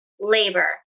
labor